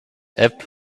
app